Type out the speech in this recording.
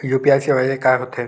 UPI सेवाएं हो थे का?